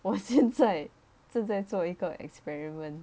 我现在正在做一个 experiment